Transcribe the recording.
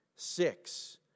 Six